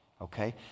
Okay